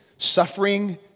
Suffering